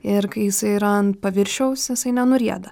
ir kai jisai yra ant paviršiaus jisai nenurieda